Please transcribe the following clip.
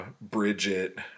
Bridget